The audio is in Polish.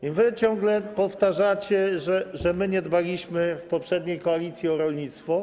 I wy ciągle powtarzacie, że my nie dbaliśmy w poprzedniej koalicji o rolnictwo.